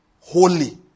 Holy